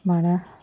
भाँडा